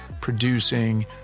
producing